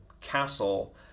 castle